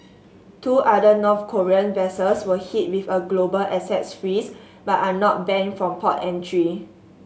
two other North Korean vessels were hit with a global assets freeze but are not banned from port entry